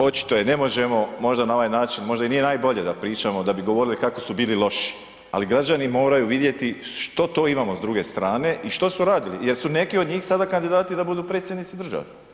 Očito i ne možemo na ovaj način, možda i nije najbolje da pričamo da bi govorili kako su bili loši, ali građani moraju vidjeti što to imamo s druge strane i što su radili jer su neki od njih sada kandidati da budu predsjednici države.